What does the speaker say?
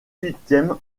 huitième